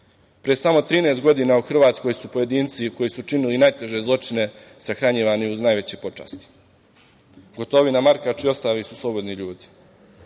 samo 13 godina u Hrvatskoj su pojedinci koji su činili najteže zločine sahranjivani uz najveće počasti. Gotovina, Markač i ostali su slobodni ljudi.